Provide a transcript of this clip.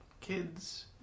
kids